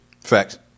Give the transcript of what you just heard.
Facts